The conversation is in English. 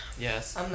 Yes